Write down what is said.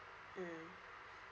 mm